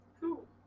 Cool